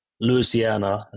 Louisiana